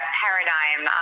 paradigm